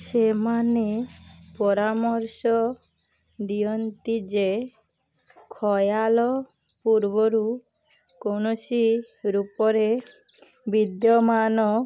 ସେମାନେ ପରାମର୍ଶ ଦିଅନ୍ତି ଯେ ଖୟାଲ ପୂର୍ବରୁ କୌଣସି ରୂପରେ ବିଦ୍ୟମାନ